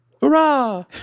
Hurrah